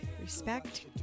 respect